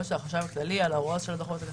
של החשב הכללי על הוראות הדוחות הכספיים.